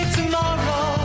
tomorrow